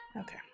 Okay